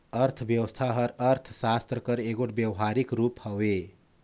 अर्थबेवस्था हर अर्थसास्त्र कर एगोट बेवहारिक रूप हवे